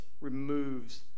removes